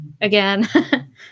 again